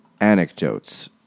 anecdotes